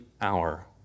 hour